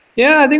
yeah, i mean